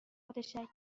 متشکرم